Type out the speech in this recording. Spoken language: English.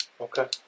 Okay